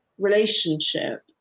Relationship